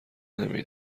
نمی